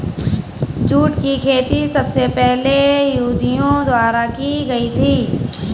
jute की खेती सबसे पहले यहूदियों द्वारा की गयी थी